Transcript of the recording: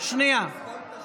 נתניהו בעד.